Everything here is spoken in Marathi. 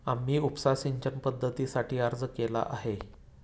आम्ही उपसा सिंचन पद्धतीसाठी अर्ज केला आहे